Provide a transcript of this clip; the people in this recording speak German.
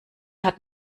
hat